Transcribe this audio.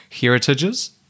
heritages